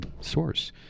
Source